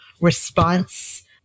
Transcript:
response